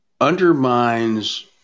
undermines